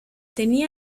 tenía